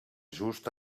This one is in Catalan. just